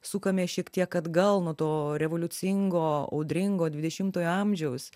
sukame šiek tiek atgal nuo to revoliucingo audringo dvidešimtojo amžiaus